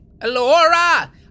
alora